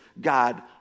God